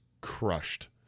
crushed